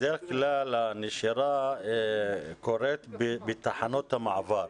בדרך כלל הנשירה קורית בתחנות המעבר,